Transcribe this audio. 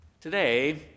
Today